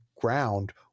ground